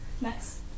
Nice